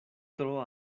tro